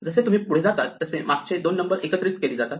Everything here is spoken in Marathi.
जसे तुम्ही पुढे जातात तसे मागचे दोन नंबर्स एकत्रित केले जातात